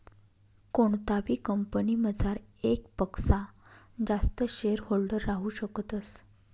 कोणताबी कंपनीमझार येकपक्सा जास्त शेअरहोल्डर राहू शकतस